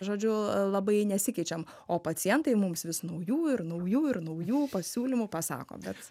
žodžiu labai nesikeičiam o pacientai mums vis naujų ir naujų ir naujų pasiūlymų pasako bet